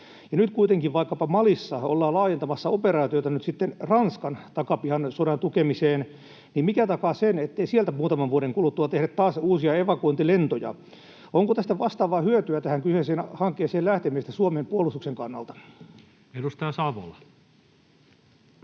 Nyt kuitenkin vaikkapa Malissa ollaan laajentamassa operaatiota nyt sitten Ranskan takapihan sodan tukemiseen. Mikä takaa sen, ettei sieltä muutaman vuoden kuluttua tehdä taas uusia evakuointilentoja? Onko tästä kyseiseen hankkeeseen lähtemisestä vastaavaa hyötyä Suomen puolustuksen kannalta? Edustaja Savola.